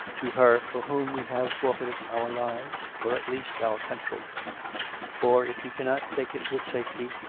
to her for whom we have forfeited our lives, or, at least, our country or, if you can not take it with safety,